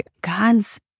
God's